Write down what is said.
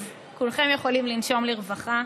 אז כולכם יכולים לנשום לרווחה,